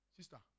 Sister